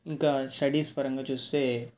ఇంకా స్టడీస్ పరంగా చూస్తే